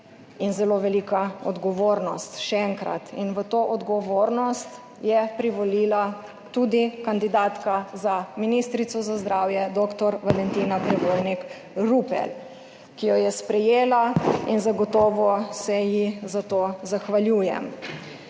in zelo velika odgovornost, še enkrat, in v to odgovornost je privolila tudi kandidatka za ministrico za zdravje, dr. Valentina Prevolnik Rupel, ki jo je sprejela in zagotovo se ji za to zahvaljujem.